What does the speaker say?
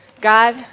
God